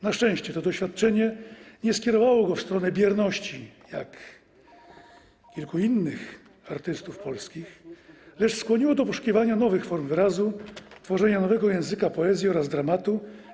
Na szczęście to doświadczenie nie skierowało go w stronę bierności jak kilku innych artystów polskich, lecz skłoniło do poszukiwania nowych form wyrazu, tworzenia nowego języka poezji oraz dramatu.